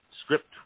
script